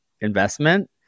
investment